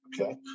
okay